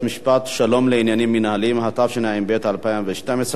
(בתי-משפט שלום לעניינים מינהליים), התשע"ב 2012,